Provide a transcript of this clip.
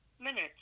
minutes